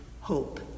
hope